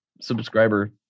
subscriber